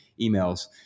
emails